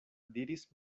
diris